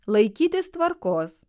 laikytis tvarkos